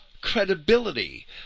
credibility